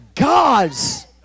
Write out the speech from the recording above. God's